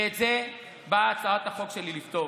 ואת זה באה הצעת החוק שלי לפתור,